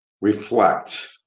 reflect